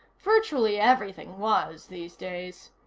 virtually everything was, these days.